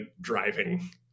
driving